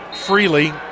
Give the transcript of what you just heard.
Freely